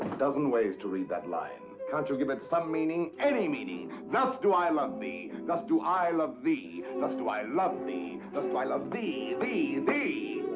dozen ways to read that line. can't you give it some meaning? any meaning! thus do i love thus do i love thee. thus do i love thee. thus do i love thee, thee, thee!